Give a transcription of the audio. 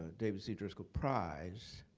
david c. driskell prize.